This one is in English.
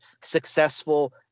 successful